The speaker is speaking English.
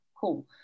Cool